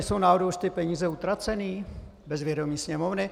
Nejsou náhodou už ty peníze utracené bez vědomí Sněmovny?